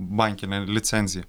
bankinę licenciją